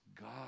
God